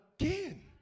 again